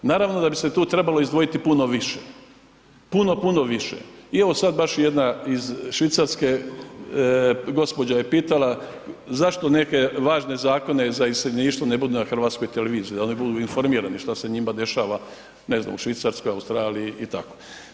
Naravno da bi se tu trebalo izdvojiti puno više, puno, puno više i evo sad baš jedna iz Švicarske, gospođa je pitala zašto neke važne zakone za iseljeništvo ne bude na HRT-u, da oni budu informirani šta se njima dešava ne znam, u Švicarskoj, Australiji i tako.